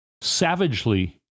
savagely